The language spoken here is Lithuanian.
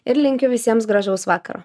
ir linkiu visiems gražaus vakaro